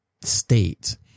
state